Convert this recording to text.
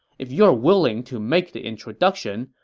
if you are willing to make the introduction,